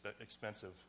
expensive